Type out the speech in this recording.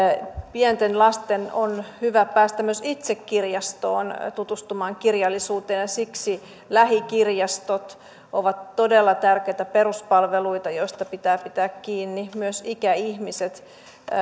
pienten lasten on hyvä päästä myös itse kirjastoon tutustumaan kirjallisuuteen ja siksi lähikirjastot ovat todella tärkeitä peruspalveluita joista pitää pitää kiinni myös ikäihmiset